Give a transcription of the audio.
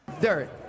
Derek